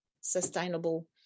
sustainable